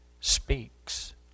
speaks